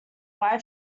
wife